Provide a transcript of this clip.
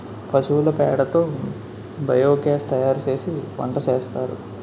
పశువుల పేడ తో బియోగాస్ తయారుసేసి వంటసేస్తారు